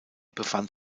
befand